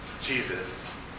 Jesus